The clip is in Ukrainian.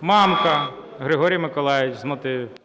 Мамка Григорій Миколайович, з мотивів. 13:02:39 МАМКА